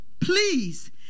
please